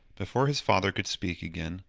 before his father could speak again,